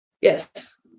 Yes